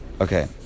Okay